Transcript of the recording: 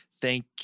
Thank